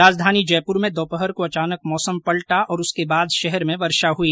राजधानी जयपुर में दोपहर को अचानक मौसम पलटा और उसके बाद शहर में वर्षा हुई